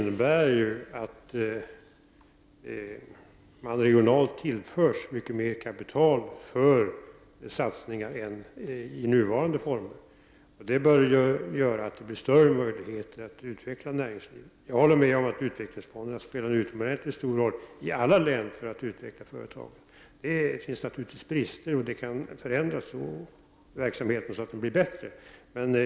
Herr talman! Det här förslaget innebär ju att regionerna tillförs mycket mer kapital för satsningar än vad som sker i nuvarande form. Det bör göra att det blir större möjligheter att utveckla näringslivet. Jag håller med Krister Skånberg om att utvecklingsfonderna spelar en utomordentligt stor roll i alla län för att utveckla företag. Det finns naturligtvis stora brister, men verksamheten kan förändras så att den blir bättre.